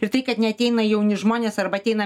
ir tai kad neateina jauni žmonės arba ateina